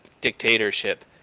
dictatorship